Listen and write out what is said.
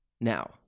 Now